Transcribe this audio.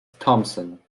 thomson